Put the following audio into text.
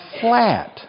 flat